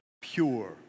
pure